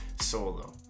solo